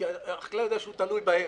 כי החקלאי יודע שהוא תלוי בהן.